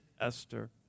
Esther